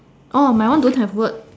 my one don't have word